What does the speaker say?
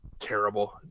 terrible